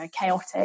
chaotic